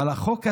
אבל החוק הזה,